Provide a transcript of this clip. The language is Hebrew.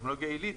וטכנולוגיה עילית,